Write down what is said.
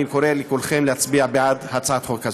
אני קורא לכולכם להצביע בעד הצעת החוק הזאת.